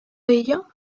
ello